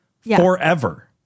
forever